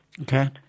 Okay